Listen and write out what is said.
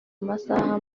amasaha